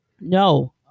No